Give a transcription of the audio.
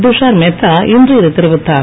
துஷார்மேத்தா இன்று இதை தெரிவித்தார்